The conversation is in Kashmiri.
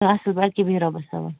اَصٕل آد کیٛاہ بِہِو رۄبَس حوال